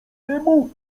dymu